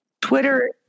Twitter